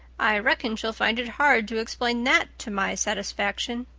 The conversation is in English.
i reckon she'll find it hard to explain that to my satisfaction.